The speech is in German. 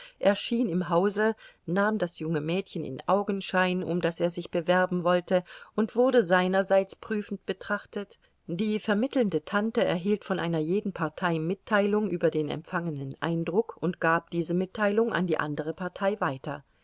erschien im hause nahm das junge mädchen in augenschein um das er sich bewerben wollte und wurde seinerseits prüfend betrachtet die vermittelnde tante erhielt von einer jeden partei mitteilung über den empfangenen eindruck und gab diese mitteilung an die andere partei weiter